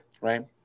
right